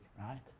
right